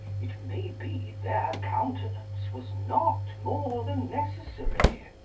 it may be their countenance was not more than necessary.